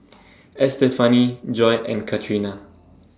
Estefany Joi and Catrina